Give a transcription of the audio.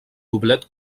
doblet